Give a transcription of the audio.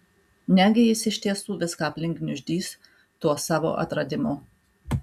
negi jis iš tiesų viską aplink gniuždys tuo savo atradimu